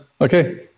Okay